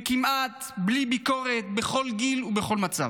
וכמעט בלי ביקורת בכל גיל ובכל מצב.